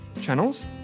channels